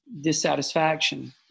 dissatisfaction